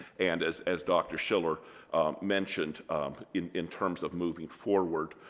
and as as dr. shiller mentioned in in terms of moving forward,